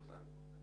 תודה.